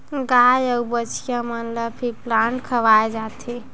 गाय अउ बछिया मन ल फीप्लांट खवाए जाथे